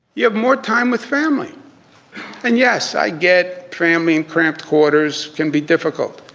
you have more time with family and yes, i get tramaine cramped quarters can be difficult,